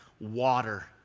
water